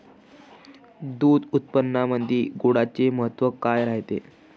दूध उत्पादनामंदी गुळाचे महत्व काय रायते?